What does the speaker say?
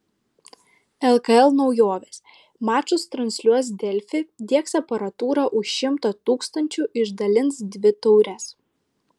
lkl naujovės mačus transliuos delfi diegs aparatūrą už šimtą tūkstančių išdalins dvi taures